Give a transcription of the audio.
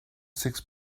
six